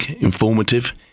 informative